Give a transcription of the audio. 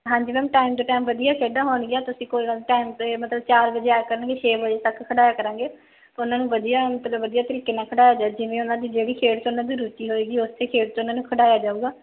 ਹਾਂਜੀ ma'am time to time ਵਧੀਆ ਖੇਡਾਂ ਹੋਣਗੀਆਂ ਤੁਸੀਂ ਕੋਈ ਗੱਲ ਟਾਈਮ 'ਤੇ ਮਤਲਬ ਚਾਰ ਵਜੇ ਆਇਆ ਕਰਨਗੇ ਛੇ ਵਜੇ ਤੱਕ ਖਿਡਾਇਆ ਕਰਾਂਗੇ ਉਹਨਾਂ ਨੂੰ ਵਧੀਆ ਮਤਲਬ ਵਧੀਆ ਤਰੀਕੇ ਨਾਲ ਖਿਡਾਇਆ ਜਾਊ ਜਿਵੇਂ ਉਹਨਾਂ ਦੀ ਜਿਹੜੀ ਖੇਡ 'ਚ ਉਹਨਾਂ ਦੀ ਰੁਚੀ ਹੋਵੇਗੀ ਉਸ ਖੇਡ 'ਚ ਉਹਨਾਂ ਨੂੰ ਖਿਡਾਇਆ ਜਾਊਗਾ